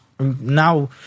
Now